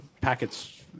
packets